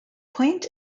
point